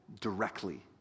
directly